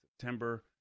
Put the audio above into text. September